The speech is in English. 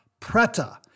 Preta